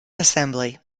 assembly